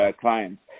clients